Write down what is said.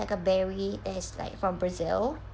like a berry that's like from brazil